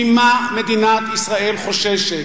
ממה מדינת ישראל חוששת?